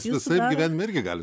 visaip gyvenime irgi gali